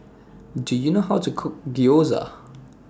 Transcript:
Do YOU know How to Cook Gyoza